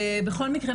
בכל מקרה,